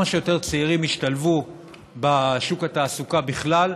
שיותר צעירים ישתלבו בשוק התעסוקה בכלל,